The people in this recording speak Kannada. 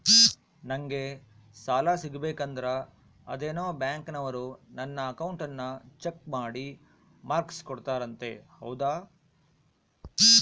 ನಂಗೆ ಸಾಲ ಸಿಗಬೇಕಂದರ ಅದೇನೋ ಬ್ಯಾಂಕನವರು ನನ್ನ ಅಕೌಂಟನ್ನ ಚೆಕ್ ಮಾಡಿ ಮಾರ್ಕ್ಸ್ ಕೋಡ್ತಾರಂತೆ ಹೌದಾ?